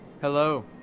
hello